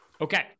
Okay